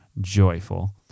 joyful